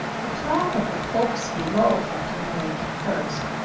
the talk of the folks below kept him awake at first,